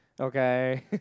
Okay